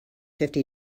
fifty